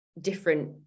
different